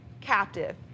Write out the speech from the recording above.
captive